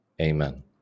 amen